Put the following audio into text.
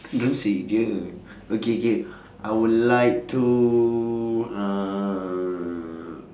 don't say jer okay K I would like to uh